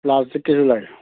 ꯄ꯭ꯂꯥꯁꯇꯤꯛꯀꯤꯁꯨ ꯂꯩ